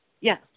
yes